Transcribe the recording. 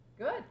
Good